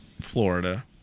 florida